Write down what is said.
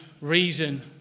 reason